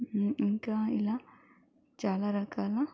ఇంకా ఇలా చాలా రకాల